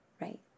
Right